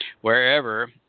wherever